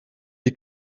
die